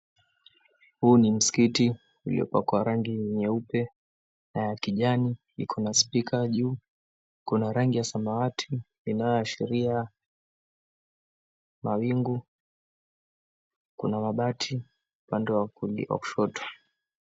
Huu ni msikiti uliopakwa rangi nyeupe na ya kijani, iko na speaker, juu kuna rangi ya samawati inayoashiria mawingu, kuna mabati upande wa kushoto.